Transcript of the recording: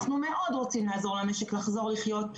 אנחנו מאוד רוצים לעזור למשק לחזור לחיות,